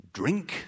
drink